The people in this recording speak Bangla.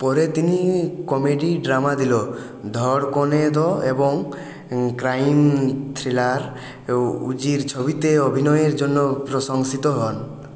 পরে তিনি কমেডি ড্রামা দিল ধড়কনে দো এবং ক্রাইম থ্রিলার উজির ছবিতে অভিনয়ের জন্য প্রশংসিত হন